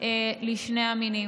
תודה רבה לכולכם.